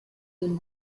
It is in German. den